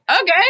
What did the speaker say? okay